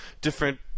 different